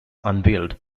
unveiled